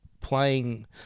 playing